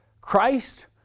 Christ